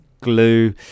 glue